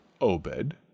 Obed